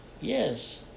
Yes